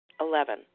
Eleven